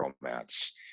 romance